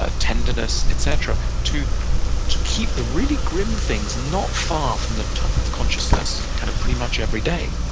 ah tenderness, etc, to to keep the really grim things not far from the top of consciousness kind of pretty much every day.